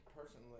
personally